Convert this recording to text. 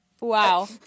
wow